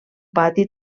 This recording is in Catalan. pati